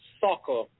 soccer